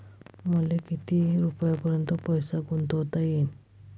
मले किती रुपयापर्यंत पैसा गुंतवता येईन?